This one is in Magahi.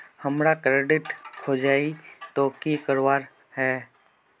हमार कार्ड खोजेई तो की करवार है?